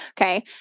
okay